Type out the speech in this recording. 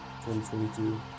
2022